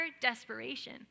desperation